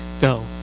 go